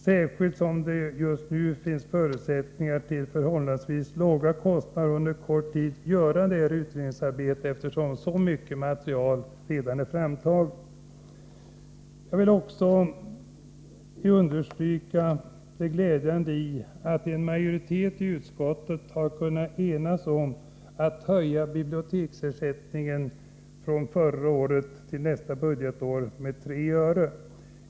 Särskilt gynnsamt bör det vara just nu när det finns förutsättningar att till förhållandevis låga kostnader och under kort tid genomföra utredningsarbetet, eftersom så mycket material redan har framtagits. Jag vill också understryka det glädjande i att en majoritet i utskottet har kunnat enas om att höja förra årets biblioteksersättning med 3 öre inför nästa budgetår.